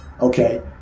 Okay